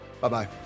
Bye-bye